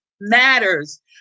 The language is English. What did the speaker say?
matters